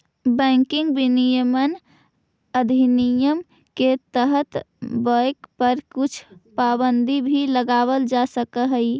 banking विनियमन अधिनियम के तहत बाँक पर कुछ पाबंदी भी लगावल जा सकऽ हइ